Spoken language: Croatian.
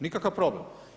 Nikakav problem.